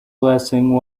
blessing